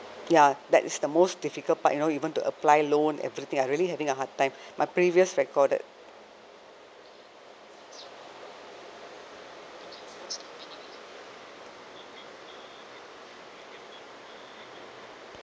ya that is the most difficult part you know you want to apply loan everything I really having a hard time my previous recorded